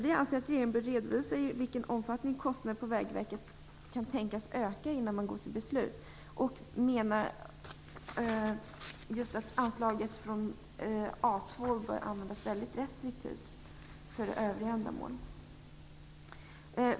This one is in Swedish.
Vi anser att regeringen bör redovisa i vilken omfattning kostnaderna på Vägverket kan tänkas öka innan man går till beslut. Vi menar också att just anslaget A 2 bör användas väldigt restriktivt för övriga ändamål.